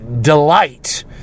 delight